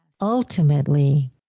Ultimately